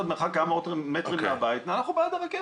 מרחק כמה מאות מטרים מהבית ואנחנו בעד הרכבת,